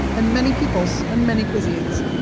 and many peoples and many cuisines.